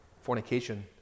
fornication